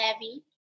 Levy